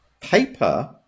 paper